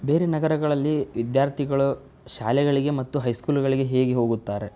ಬೇರೆ ನಗರಗಳಲ್ಲಿ ವಿದ್ಯಾರ್ಥಿಗಳು ಶಾಲೆಗಳಿಗೆ ಮತ್ತು ಹೈ ಸ್ಕೂಲುಗಳಿಗೆ ಹೇಗೆ ಹೋಗುತ್ತಾರೆ